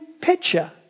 picture